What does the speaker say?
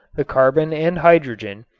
the carbon and hydrogen,